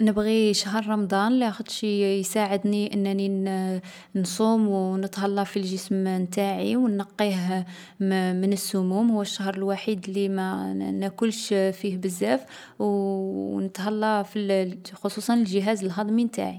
نبغي شهر رمضان لاخاطش يـ يساعدني أنني نـ نصوم و نتهلى في الجسم نتاعي و نقّيه مـ من السموم. هو الشهر الوحيد لي ما نـ ناكلش فيه بزاف، و نتهلى في الـ خصوصا الجهاز الهضمي نتاعي.